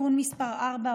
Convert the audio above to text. (תיקון מס' 4,